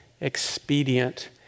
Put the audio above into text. Expedient